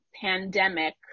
pandemic